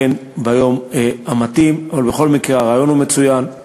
ביום המתאים, אבל בכל מקרה הרעיון מצוין,